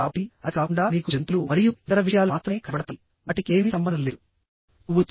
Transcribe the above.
కాబట్టి అది కాకుండా మీకు జంతువులు మరియు ఇతర విషయాలు మాత్రమే కనపడతాయి వాటికి ఏమీ సంబంధం లేదు పువ్వుతో